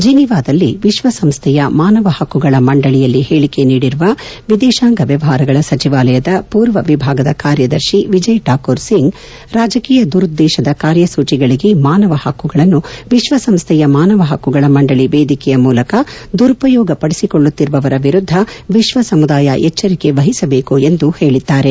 ಜಿನೀವಾದಲ್ಲಿ ವಿಶ್ವಸಂಸ್ನೆಯ ಮಾನವ ಹಕ್ಕುಗಳ ಮಂಡಳಿಯಲ್ಲಿ ಹೇಳಿಕೆ ನೀಡಿರುವ ವಿದೇಶಾಂಗ ವ್ಯವಹಾರಗಳ ಸಚಿವಾಲಯದ ಪೂರ್ವ ವಿಭಾಗದ ಕಾರ್ಯದರ್ಶಿ ವಿಜಯ ಠಾಕೂರ್ ಸಿಂಗ್ ರಾಜಕೀಯ ದುರುದ್ಗೇಶದ ಕಾರ್ಯಸೂಚಿಗಳಿಗೆ ಮಾನವ ಹಕ್ಕುಗಳನ್ನು ವಿಶ್ವಸಂಸ್ಡೆಯ ಮಾನವ ಹಕ್ಕುಗಳ ಮಂಡಳಿ ವೇದಿಕೆಯ ಮೂಲಕ ದುರುಪಯೋಗ ಪಡಿಸಿಕೊಳ್ಳುತ್ತಿರುವವರ ವಿರುದ್ದ ವಿಶ್ವ ಸಮುದಾಯ ಎಚ್ಚರಿಕೆ ವಹಿಸಬೇಕು ಎಂದು ಹೇಳಿದ್ದಾರೆ